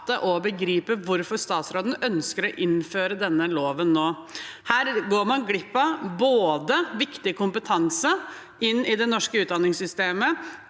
og begripe hvorfor statsråden ønsker å innføre denne loven nå. Her går man glipp av viktig kompetanse inn i det norske utdanningssystemet,